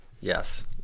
Yes